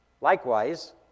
Likewise